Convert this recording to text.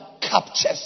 captures